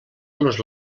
nos